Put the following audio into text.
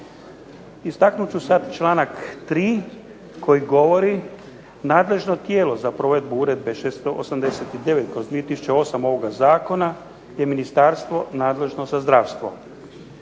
Istaknut ću sad čl. 3. koji govori, nadležno tijelo za provedbu Uredbe 689/2008. ovoga zakona je ministarstvo nadležno za zdravstvo.